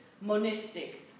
monistic